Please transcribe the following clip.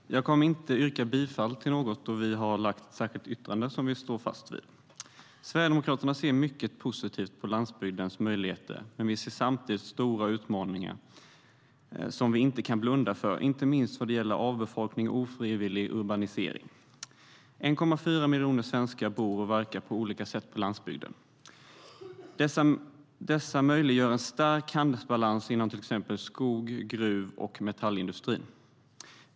Herr talman! Jag kommer inte att yrka bifall till något, då vi har lagt ett särskilt yttrande som vi står fast vid.1,4 miljoner svenskar bor och verkar på olika sätt på landsbygden. Dessa möjliggör en stark handelsbalans inom till exempel skogs, gruv och metallindustrin.